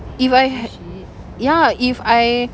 if I ya if I